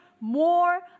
more